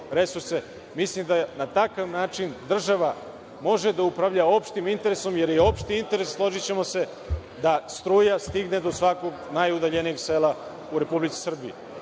Mislim da na takav način država može da upravlja opštim interesom, jer je opšti interes, složićemo se, da struja stigne do svakog najudaljenijeg sela u Republici Srbiji,